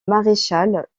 maréchal